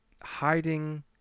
hiding